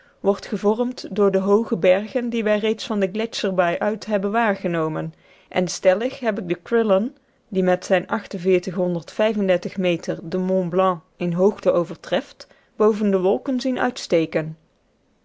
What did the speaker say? wordt gevormd door de hooge bergen die wij reeds van de gletscherbaai uit hebben waargenomen en stellig heb ik den crillon die met zijn meter den mont blanc in hoogte overtreft boven de wolken zien uitsteken